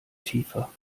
tiefer